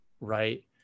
right